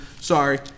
Sorry